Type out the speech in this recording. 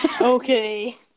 Okay